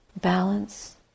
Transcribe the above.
balance